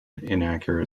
inaccurate